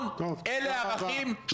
אבל בצוק העיתים,